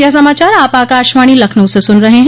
ब्रे क यह समाचार आप आकाशवाणी लखनऊ से सुन रहे हैं